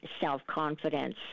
self-confidence